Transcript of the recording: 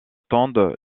tendent